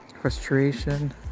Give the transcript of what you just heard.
frustration